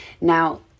Now